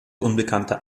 unbekannter